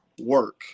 work